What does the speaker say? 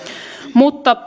mutta